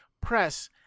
press